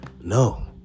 No